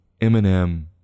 Eminem